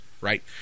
right